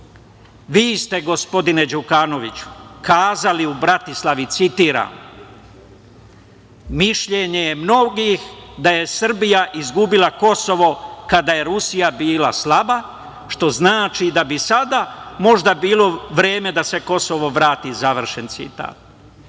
Vi ste gospodine Đukanoviću kazali u Bratislavi, citiram - mišljenje je mnogih da je Srbija izgubila Kosova kada je Rusija bila slaba, što znači da bi sada možda bilo vreme da se Kosovo vrati, završen